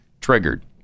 Triggered